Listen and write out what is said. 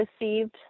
received